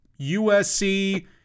USC